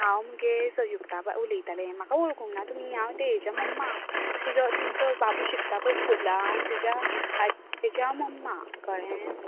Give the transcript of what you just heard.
हांव मगे सयुक्ता उलयताले म्हाका वळुखंकना तुमी हांव तेजसा मम्मा तुजो तुमचो बाबू शिकता पय स्कुलान तेज्या तेजी हांव मम्मा कळ्ळें